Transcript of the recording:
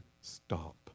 Stop